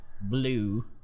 blue